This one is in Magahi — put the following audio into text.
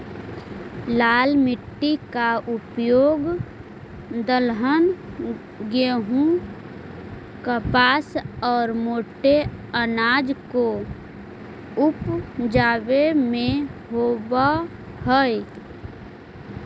लाल मिट्टी का उपयोग दलहन, गेहूं, कपास और मोटे अनाज को उपजावे में होवअ हई